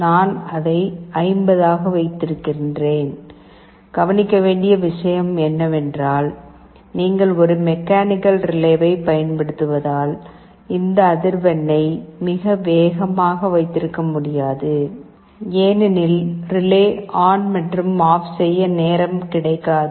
நான் அதை 50 ஆக வைத்திருக்கிறேன் கவனிக்க வேண்டிய விஷயம் என்னவென்றால் நீங்கள் ஒரு மெக்கானிக்கல் ரிலேவைப் பயன்படுத்துவதால் இந்த அதிர்வெண்ணை மிக வேகமாக வைத்திருக்க முடியாது ஏனெனில் ரிலே ஆன் மற்றும் ஆஃப் செய்ய நேரம் கிடைக்காது